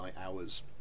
hours